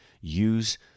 use